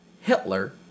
Hitler